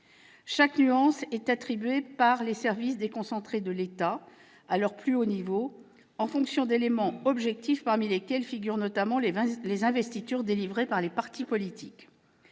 Chaque nuance est attribuée par les services déconcentrés de l'État, à leur plus haut niveau, en fonction d'éléments objectifs parmi lesquels figurent notamment les investitures délivrées par les partis politiques.